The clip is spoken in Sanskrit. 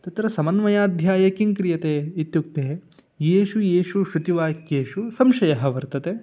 तत्र समन्वयाध्याये किं क्रियते इत्युक्ते येषु येषु श्रुतिवाक्येषु संशयः वर्तते